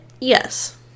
yes